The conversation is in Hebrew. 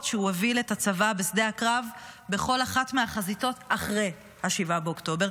שהוא הוביל את הצבא בשדה הקרב בכל אחת מהחזיתות אחרי 7 באוקטובר.